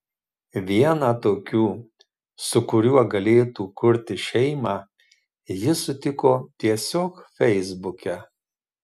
vieną tokių su kuriuo galėtų kurti šeimą ji sutiko tiesiog feisbuke